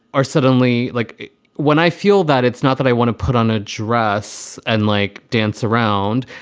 are suddenly like when i feel that it's not that i want to put on a dress and, like, dance around,